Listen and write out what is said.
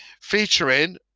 featuring